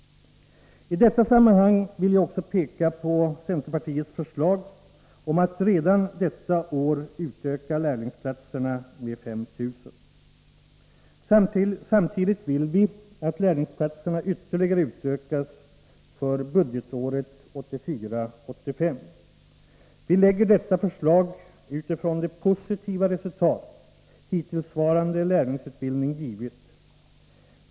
I detta sammanhang vill jag också peka på centerpartiets förslag om att redan detta år utöka lärlingsplatserna med 5 000. Samtidigt vill vi att lärlingsplatserna ytterligare utökas för budgetåret 1984/85. Vi lägger fram detta förslag med utgångspunkt i de positiva resultat hittillsvarande lärlingsutbildning givit.